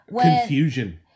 Confusion